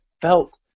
felt